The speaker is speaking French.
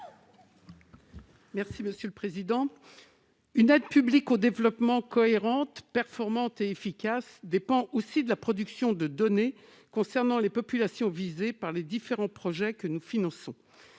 Mme Raymonde Poncet Monge. Une aide publique au développement cohérente, performante et efficace dépend aussi de la production de données concernant les populations visées par les différents projets que nous finançons.